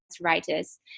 writers